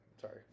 Sorry